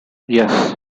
yes